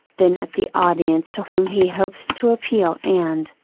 then at the audience to whom he hopes to appeal and,